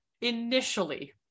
initially